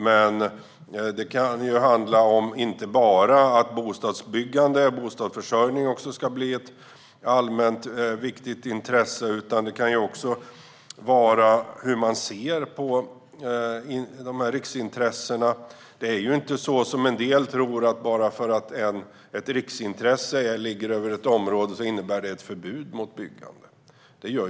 Men det kan handla inte bara om att bostadsbyggande och bostadsförsörjning också ska bli ett allmänt viktigt intresse. Det kan också handla om hur man ser på dessa riksintressen. Bara för att ett område räknas som riksintresse innebär det inte ett förbud mot byggande, som en del tror.